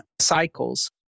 cycles